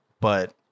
but-